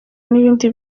n’ibindi